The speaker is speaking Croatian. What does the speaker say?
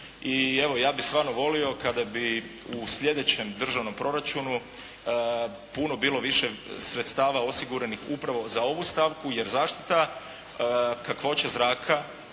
I evo, ja bih stvarno volio kada bi u sljedećem državnom proračunu puno bilo više sredstava osiguranih upravo za ovu stavku, jer zaštita, kakvoća zraka